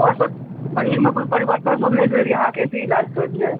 आओर सभ शरीरमे कोनो परिवर्तन नहि भेल अहाँकेँ जे इलाज करेलियै